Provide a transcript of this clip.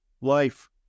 life